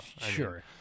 Sure